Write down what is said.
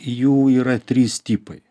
jų yra trys tipai